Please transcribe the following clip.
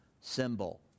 symbol